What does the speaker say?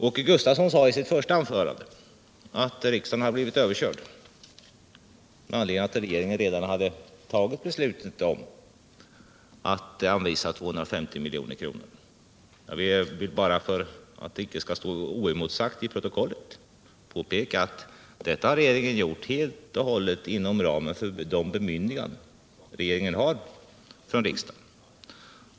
Åke Gustavsson sade i sitt första anförande att riksdagen har blivit överkörd med anledning av att regeringen redan hade tagit beslutet om att anvisa 250 milj.kr. För att det inte skall stå oemotsagt vill jag till protokollet påpeka att regeringen gjort detta helt och hållet inom ramen för de bemyndiganden regeringen har från riksdagen.